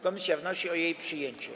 Komisja wnosi o jej przyjęcie.